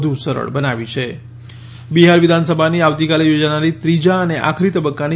વધુ સરળ બનાવી છે બિહાર વિધાનસભાની આવતીકાલે યોજાનારી ત્રીજા અને આખરી તબક્કાની